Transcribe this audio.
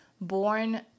born